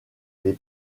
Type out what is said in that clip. les